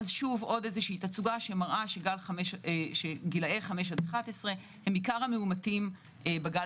שוב עוד תצוגה שמראה שגילאי 5 עד 11 הם עיקר המאומתים בגל